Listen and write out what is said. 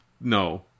No